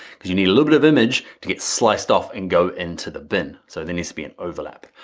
cuz you need a little bit of image to get sliced off and go into the bin, so there needs to be an overlap.